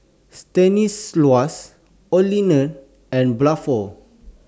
Stanislaus Olene and Bluford